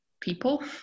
people